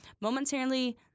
momentarily